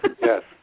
yes